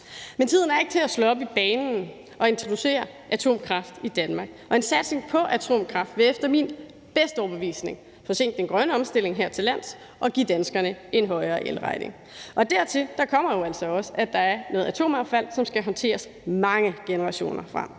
Men tiden er ikke til at slå op i banen og introducere atomkraft i Danmark, og en satsning på atomkraft vil efter min bedste overbevisning forsinke den grønne omstilling her til lands og give danskerne en højere elregning. Dertil kommer jo også, at der er noget atomaffald, som skal håndteres mange generationer frem.